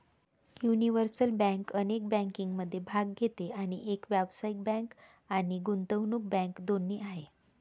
universal bank अनेक बँकिंगमध्ये भाग घेते आणि एक व्यावसायिक बँक आणि गुंतवणूक बँक दोन्ही आहे